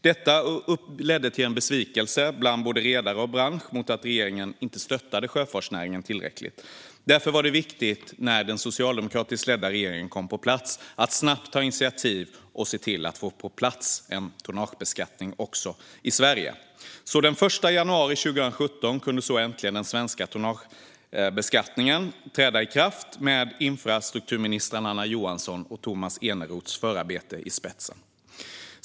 Detta ledde till besvikelse bland både redare och bransch över att regeringen inte stöttade sjöfartsnäringen tillräckligt. När den socialdemokratiskt ledda regeringen kom på plats var det därför viktigt att snabbt ta initiativ och se till att få på plats en tonnagebeskattning också i Sverige. Den 1 januari 2017 kunde så äntligen den svenska tonnagebeskattningen träda i kraft efter infrastrukturministrarna Anna Johanssons och Tomas Eneroths förarbete.